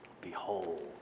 Behold